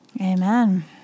Amen